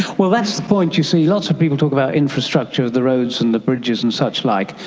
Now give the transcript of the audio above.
well, that's the point, you see, lots of people talk about infrastructure, the roads and the bridges and suchlike,